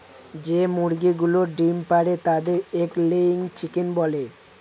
যে মুরগিগুলো ডিম পাড়ে তাদের এগ লেয়িং চিকেন বলে